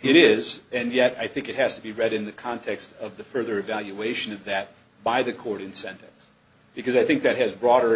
it is and yet i think it has to be read in the context of the further evaluation of that by the court incentive because i think that has broader